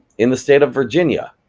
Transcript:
in the state of virginia,